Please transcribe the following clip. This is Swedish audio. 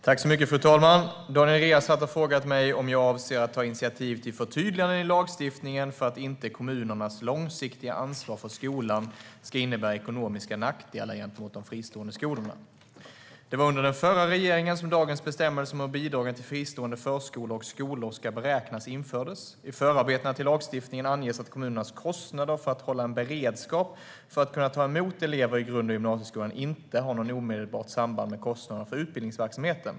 Fru talman! Daniel Riazat har frågat mig om jag avser att ta initiativ till förtydliganden i lagstiftningen för att inte kommunernas långsiktiga ansvar för skolan ska innebära ekonomiska nackdelar gentemot de fristående skolorna. Det var under den förra regeringen som dagens bestämmelser om hur bidragen till fristående förskolor och skolor ska beräknas infördes. I förarbetena till lagstiftningen anges att kommunens kostnader för att hålla en beredskap för att kunna ta emot elever i grund och gymnasieskolan inte har något omedelbart samband med kostnaderna för utbildningsverksamheten.